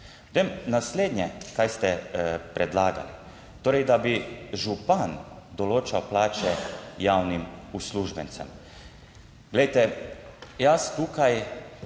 naslednje kar ste predlagali, torej, da bi župan določal plače javnim uslužbencem. Glejte, jaz tukaj